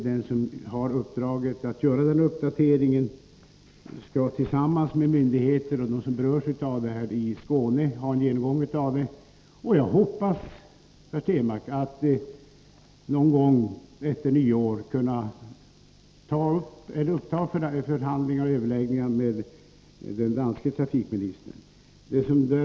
Den som har uppdraget att göra uppdateringen skall ha en genomgång av materialet med myndigheter och dem som berörs i Skåne. Jag hoppas, Per Stenmarck, att någon gång efter nyår kunna ta upp överläggningar eller förhandlingar med den danska trafikministern.